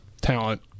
talent